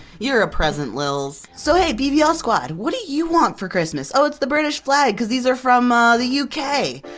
you're a present lilz! so hey bvl ah squad, what do you want for christmas? oh, its the british flag cause these are from ah the u k.